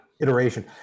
Iteration